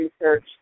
research